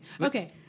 Okay